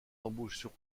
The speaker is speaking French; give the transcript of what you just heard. embauchent